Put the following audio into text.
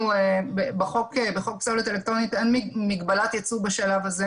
בחוק פסולת אלקטרונית אין בשלב הזה מגבלת יצוא.